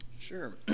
sure